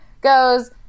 goes